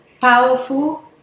powerful